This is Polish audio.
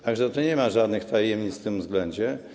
Tak że nie ma żadnych tajemnic w tym względzie.